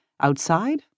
Outside